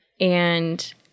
and-